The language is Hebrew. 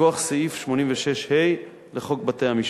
מכוח סעיף 86(ה) לחוק בתי-המשפט,